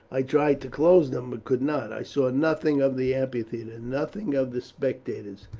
i tried to close them, but could not. i saw nothing of the amphitheatre, nothing of the spectators,